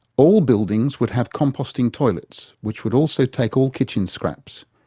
all buildings would have composting toilets, which would also take all kitchen scraps.